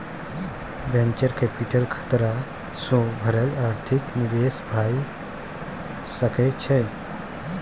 venture capital खतरा सँ भरल आर्थिक निवेश भए सकइ छइ